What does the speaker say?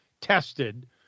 tested